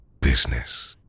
business